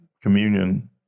communion